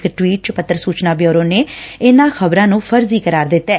ਇਕ ਟਵੀਟ ਚ ਪੱਤਰ ਸੂਚਨਾ ਬਿਊਰੋ ਨੇ ਇਨ੍ਹਾਂ ਖ਼ਬਰਾਂ ਨੂੰ ਫਰਜੀ ਕਰਾਰ ਦਿੱਤੈ